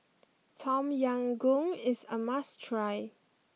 Tom Yam Goong is a must try